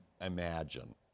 imagine